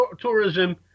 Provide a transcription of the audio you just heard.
tourism